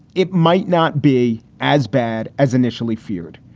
it might not be as bad as initially feared.